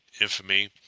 infamy